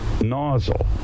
nozzle